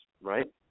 right